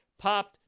popped